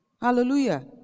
Hallelujah